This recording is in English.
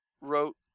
wrote